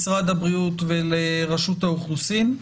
משרד הבריאות ורשות האוכלוסין,